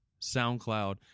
SoundCloud